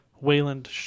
wayland